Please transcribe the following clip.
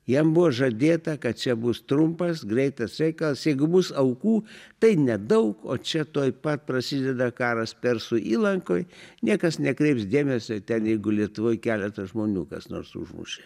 jam buvo žadėta kad čia bus trumpas greitas reikalas jeigu bus aukų tai nedaug o čia tuoj pat prasideda karas persų įlankoj niekas nekreips dėmesio ten jeigu lietuvoj keletą žmonių kas nors užmušė